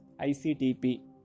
ICTP